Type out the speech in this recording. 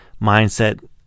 mindset